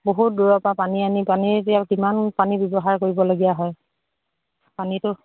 বহুত দূৰৰ পৰা পানী আনি পানী এতিয়া কিমান পানী ব্যৱহাৰ কৰিবলগীয়া হয় পানীটো